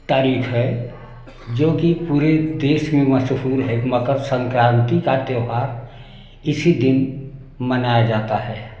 तारीख है जो कि पूरे देश में मशहूर है मकर संक्रांति का त्योहार इसी दिन मनाया जाता है